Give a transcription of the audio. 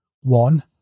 one